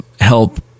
help